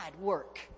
work